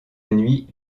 nuit